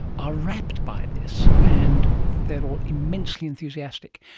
are rapt by this, and they are all immensely enthusiastic.